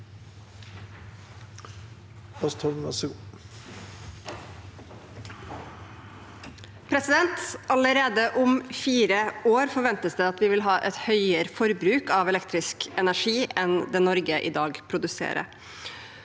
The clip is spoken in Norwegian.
Allerede om fire år forventes det at vi vil ha et høyere forbruk av elektrisk energi enn det Norge i dag produserer.